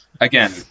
Again